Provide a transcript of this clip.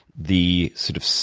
the sort of